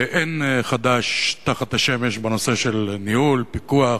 אין חדש תחת השמש בנושא של ניהול, פיקוח.